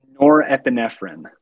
norepinephrine